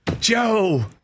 Joe